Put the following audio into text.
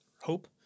hope